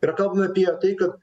yra kalbama apie tai kad